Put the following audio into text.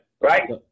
Right